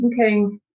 okay